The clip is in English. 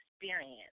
experience